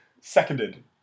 Seconded